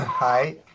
Hi